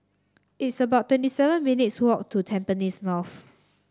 it's about twenty seven minutes' walk to Tampines North